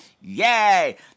Yay